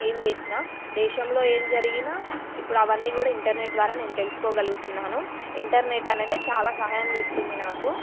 ఏమి చేసిన దేశంలో ఏమి జరిగిన ఇప్పుడు అవన్నీ కూడా ఇంటర్నెట్ ద్వారా నేను తెలుసుకోగలుగుతున్నాను ఇంటర్నెట్ అనేది చాలా సహాయం చేస్తుంది నాకు